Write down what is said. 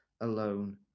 alone